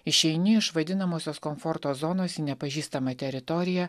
išeini iš vadinamosios komforto zonos į nepažįstamą teritoriją